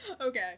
Okay